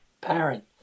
parent